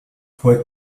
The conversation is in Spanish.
fue